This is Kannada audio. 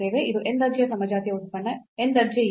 n ದರ್ಜೆ ಏಕೆ